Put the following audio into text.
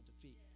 defeat